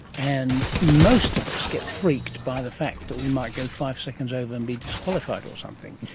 and most of us get freaked by the fact that we might go five seconds over and be disqualified or something.